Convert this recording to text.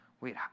wait